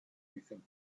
become